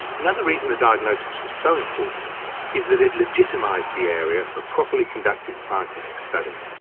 another reason the diagnosis was so important is that it legitimised the area for properly conducted scientific study.